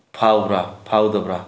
ꯐꯥꯎꯕ꯭ꯔꯥ ꯐꯥꯎꯗꯕ꯭ꯔꯥ